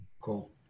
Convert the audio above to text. Cool